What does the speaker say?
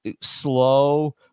slow